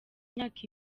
imyaka